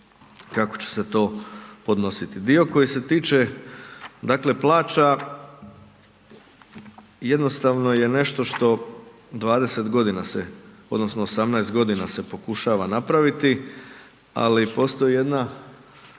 kako će se to podnositi. Dio koji se tiče dakle plaća, jednostavno je nešto što dvadeset godina se, odnosno osamnaest godina se pokušava napraviti, ali postoji jedna